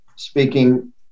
speaking